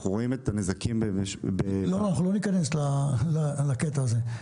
אנחנו רואים את הנזקים --- אנחנו לא ניכנס לקטע הזה.